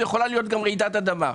ויכולה להיות גם רעידת האדמה.